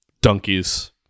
Donkeys